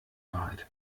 wahrheit